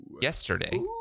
yesterday